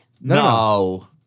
No